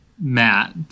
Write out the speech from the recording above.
Matt